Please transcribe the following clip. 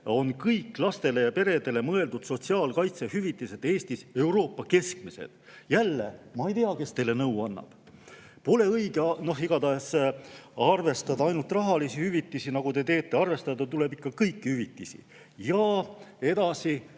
kõik lastele ja peredele mõeldud sotsiaalkaitsehüvitised on Eestis Euroopa keskmised. Jälle, ma ei tea, kes teile nõu annab. Pole õige arvestada ainult rahalisi hüvitisi, nagu te teete, arvestada tuleb ikka kõiki hüvitisi. Edasi,